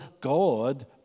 God